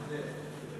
שלוש דקות